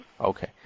okay